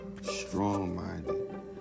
Strong-minded